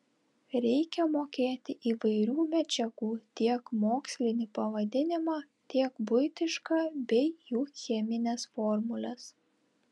reikia mokėti įvairių medžiagų tiek mokslinį pavadinimą tiek buitišką bei jų chemines formules